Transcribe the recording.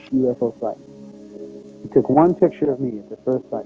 ufo site he took one picture of me at the first but